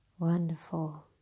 Wonderful